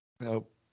nope